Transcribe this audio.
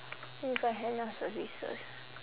with a henna services